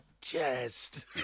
chest